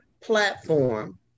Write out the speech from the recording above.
platform